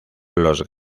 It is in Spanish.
los